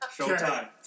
Showtime